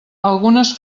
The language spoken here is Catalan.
algunes